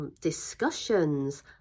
discussions